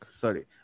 Sorry